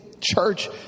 church